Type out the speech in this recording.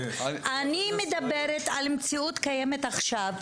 אני מדברת על מציאות קיימת עכשיו,